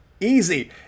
easy